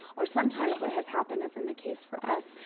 or sometimes what has happened, as in the case for us,